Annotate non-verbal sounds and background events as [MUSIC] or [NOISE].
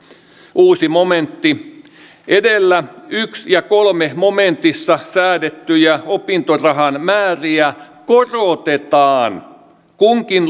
uusi momentti edellä yksi ja kolme momentissa säädettyjä opintorahan määriä korotetaan kunkin [UNINTELLIGIBLE]